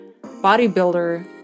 bodybuilder